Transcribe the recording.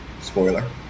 spoiler